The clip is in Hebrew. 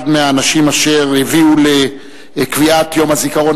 אחד מהאנשים אשר הביאו לקביעת יום הזיכרון